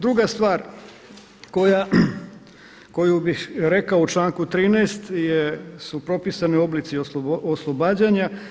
Druga stvar koju bih rekao u članku 13. su propisani oblici oslobađanja.